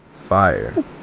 Fire